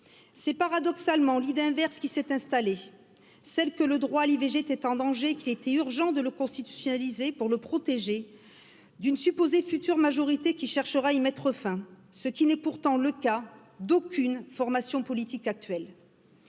c'est paradoxalement l'idée inverse qui s'est installée celle que le droit à l'i v g était en danger qu'il était urgent de le constitutionnaliser pour le protéger d'une supposée future majorité qui cherche fin ce qui n'est pourtant le cas d'aucune formation politique actuelle